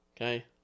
Okay